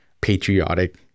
patriotic